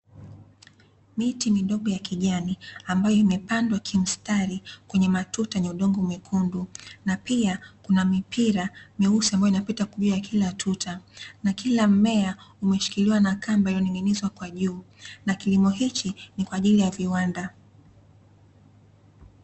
Miti ni mbegu ya kijani, ambayo imepandwa kimstari, kwenye matuta yenye udongo mwekundu, na pia kuna mipira meusi ambayo inapita juu ya kila tuta. Na kila mmea umeshikiliwa na kamba iliyoning'inizw kwa juu, na kilimo hichi ni kwa ajili ya viwanda.